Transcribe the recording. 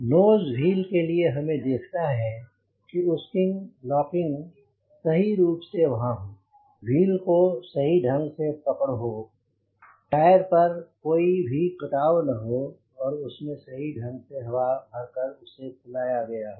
knows wheel के लिए हमें देखना है कि उसकी लॉकिंग सही रूप से वहां हो व्हील को सही ढंग से पकड़ हो टायर पर कोई भी कटाव न हो और उसमे सही ढंग से हवा भर कर उसे फुलाया गया हो